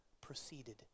proceeded